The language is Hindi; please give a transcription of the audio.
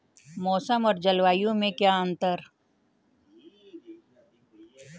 मौसम और जलवायु में क्या अंतर?